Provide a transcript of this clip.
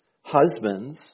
husbands